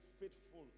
faithful